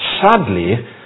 sadly